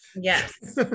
Yes